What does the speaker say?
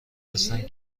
هستند